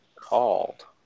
called